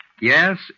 Yes